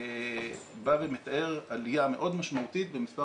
זה מתאר עלייה מאוד משמעותית במספר